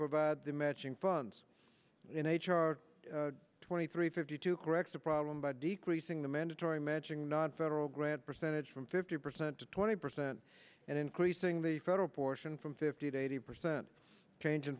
provide the matching funds in h r twenty three fifty two corrects a problem by decreasing the mandatory matching not federal grant percentage from fifty percent to twenty percent and increasing the federal portion from fifty to eighty percent chang